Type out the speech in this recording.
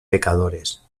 pecadores